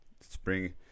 spring